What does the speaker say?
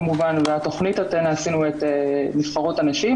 כמובן והתכנית "אתנה" עשינו את נבחרות הנשים,